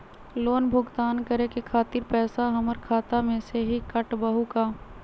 Loan भुगतान करे के खातिर पैसा हमर खाता में से ही काटबहु का?